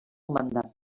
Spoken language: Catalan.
mandat